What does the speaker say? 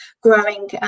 growing